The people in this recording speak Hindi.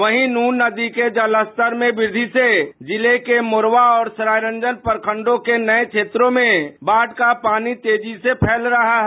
वहीं नृन नदी के जलस्तर में वृद्धि से जिले के मोरवा और सरायरंजन प्रखंडों के नये क्षेत्रों में बाढ का पानी तेजी से फैल रहा है